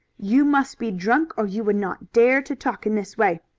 you must be drunk or you would not dare to talk in this way.